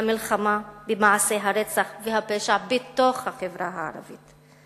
למלחמה במעשי הרצח והפשע בתוך החברה הערבית.